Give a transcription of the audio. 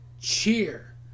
cheer